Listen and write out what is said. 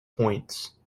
points